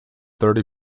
thirty